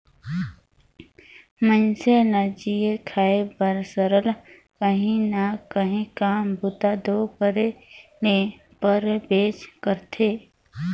मइनसे ल जीए खाए बर सरलग काहीं ना काहीं काम बूता दो करे ले परबेच करथे